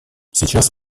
сейчас